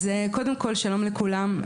אז קודם כל שלום לכולם,